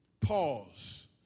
pause